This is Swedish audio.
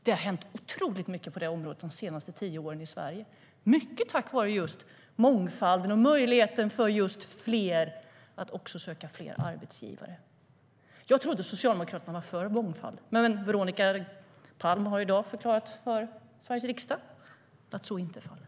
Det har hänt otroligt mycket på det området de senaste tio åren i Sverige, mycket tack vare just mångfalden och möjligheten för fler att söka andra arbetsgivare. Jag trodde att Socialdemokraterna var för mångfald, men Veronica Palm har i dag förklarat för Sveriges riksdag att så inte är fallet.